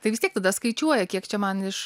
tai vis tiek tada skaičiuoja kiek čia man iš